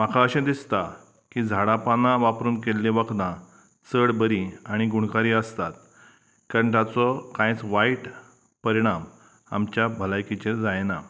म्हाका अशें दिसता की झाडां पानां वापरून केल्ली वखदां चड बरीं आनी गुणकारी आसतात कारण ताचो कांयच वायट परिणाम आमच्या भलायकीचेर जायना